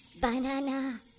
BANANA